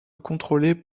contrôlée